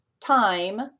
time